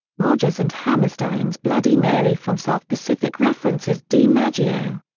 rodgers and hammerstein's bloody mary from south pacific references dimaggio.